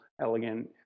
elegant